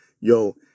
yo